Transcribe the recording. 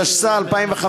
התשס"ה 2005,